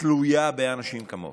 תלויה באנשים כמוך.